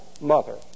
mother